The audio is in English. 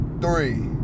three